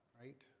right